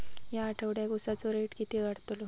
या आठवड्याक उसाचो रेट किती वाढतलो?